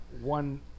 one